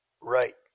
right